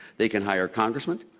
they can hire congressmen,